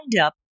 up